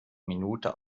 minute